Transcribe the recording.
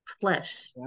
flesh